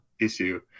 issue